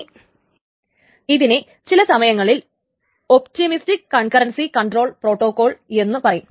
ഇനി ഇതിനെ ചില സമയങ്ങളിൽ ഒപ്റ്റിമിസ്റ്റിക് കൺകറൻസ്സി കൺട്റോൾ പ്രൊട്ടോകോൾ എന്നു പറയും